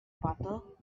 butter